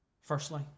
Firstly